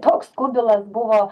toks kubilas buvo